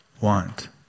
want